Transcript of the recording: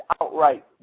outright